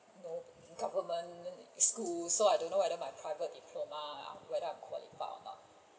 you know government school so I don't know whether my private diploma err whether I qualified or not